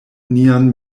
nian